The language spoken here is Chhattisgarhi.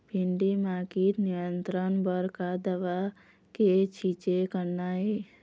भिंडी म कीट नियंत्रण बर का दवा के छींचे करना ये?